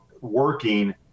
working